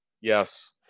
Yes